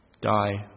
Die